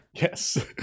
yes